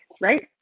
right